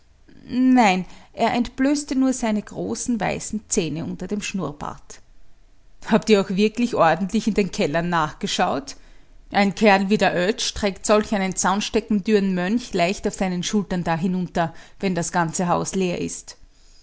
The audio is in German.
nein er entblößte nur seine großen weißen zähne unter dem schnurrbart habt ihr auch wirklich ordentlich in den kellern nachgeschaut ein kerl wie der oetsch trägt solch einen zaunsteckendünnen mönch leicht auf seinen schultern da hinunter wenn das ganze haus leer ist